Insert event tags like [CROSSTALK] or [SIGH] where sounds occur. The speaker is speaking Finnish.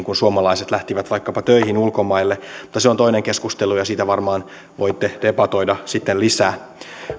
[UNINTELLIGIBLE] kun suomalaiset lähtivät vaikkapa töihin ulkomaille mutta se on toinen keskustelu ja siitä varmaan voitte debatoida sitten lisää